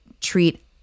treat